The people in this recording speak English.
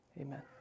Amen